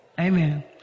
Amen